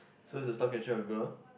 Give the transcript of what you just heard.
so is the star cather a girl